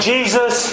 Jesus